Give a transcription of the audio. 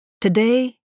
Today